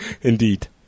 Indeed